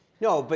no, but